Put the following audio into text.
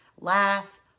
Laugh